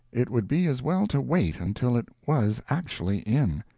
it would be as well to wait until it was actually in.